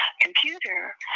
computer